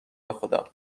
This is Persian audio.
بخدا